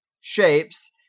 shapes